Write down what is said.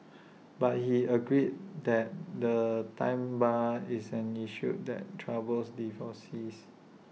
but he agreed that the time bar is an issue that troubles divorcees